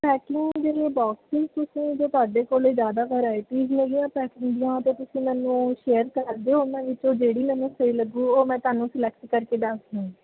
ਜੇਹੜੇ ਬੋਕਸ ਨੇ ਤੁਸੀਂ ਜਿਹੜੇ ਤੁਹਾਡੇ ਕੋਲ ਜ਼ਿਆਦਾਤਰ ਵਰਾਇਟੀਸ ਹੈਗੀਆਂ ਪੈਕਿੰਗ ਦੀਆਂ ਤਾਂ ਤੁਸੀਂ ਮੈਨੂੰ ਸ਼ੇਅਰ ਕਰਦੋ ਉਹਨਾਂ ਵਿੱਚੋਂ ਜਿਹੜੀ ਮੈਨੂੰ ਸਹੀ ਲੱਗੂ ਉਹ ਮੈਂ ਤੁਹਾਨੂੰ ਸਲੈਕਟ ਕਰਕੇ ਦੱਸਦੂੰ